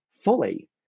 fully